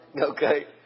okay